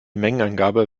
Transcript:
mengenangabe